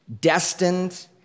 destined